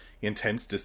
intense